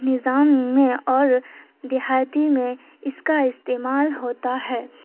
نظام میں اور دیہیاتی میں اس کا استعمال ہوتا ہے